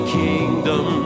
kingdom